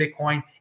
Bitcoin